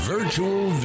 Virtual